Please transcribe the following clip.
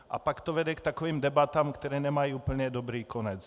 A pak to vede k takovým debatám, které nemají úplně dobrý konec.